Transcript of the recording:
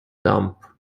damp